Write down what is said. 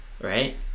right